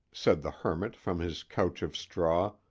said the hermit from his couch of straw,